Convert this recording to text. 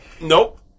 Nope